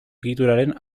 egituraren